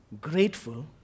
grateful